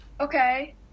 Okay